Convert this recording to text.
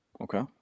Okay